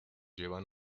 llevan